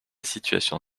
situation